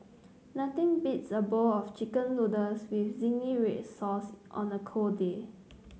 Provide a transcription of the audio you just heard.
nothing beats a bowl of chicken noodles with zingy red sauce on a cold day